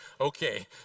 okay